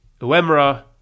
Uemura